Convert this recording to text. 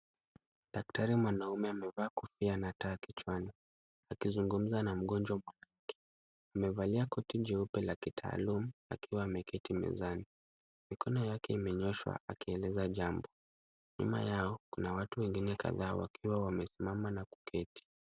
Daktari mwanaume amevaa kofia na taa kichwani, akizungumza na mgonjwa mwanamke. Amevalia koti jeupe la kitaalum akiwa ameketi mezani. Mikono yake imenyoshwa akieleza jambo. Nyuma yao kuna watu wengine kadhaa wakiwa wamesimama na kuketi.